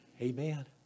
Amen